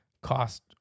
cost